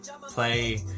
play